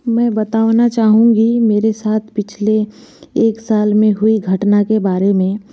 मैं बताना चाहूँगी मेरे साथ पिछले एक साल में हुई घटना के बारे में